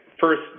First